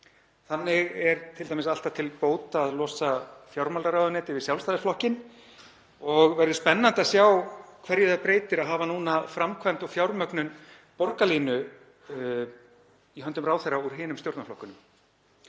Þannig er t.d. alltaf til bóta að losa fjármálaráðuneytið við Sjálfstæðisflokkinn og verður spennandi að sjá hverju það breytir að hafa núna framkvæmd og fjármögnun borgarlínu í höndum ráðherra úr hinum stjórnarflokkunum.